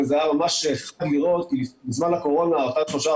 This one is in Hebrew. אבל ממש היה ניתן לראות שבזמן הקורונה שלושה,